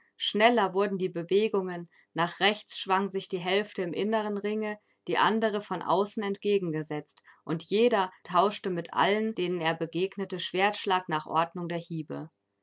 schneller wurden die bewegungen nach rechts schwang sich die hälfte im inneren ringe die andere von außen entgegengesetzt und jeder tauschte mit allen denen er begegnete schwertschlag nach ordnung der hiebe